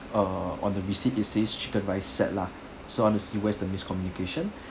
err on the receipt it says chicken rice set lah so I want to see where's the miscommunication